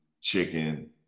chicken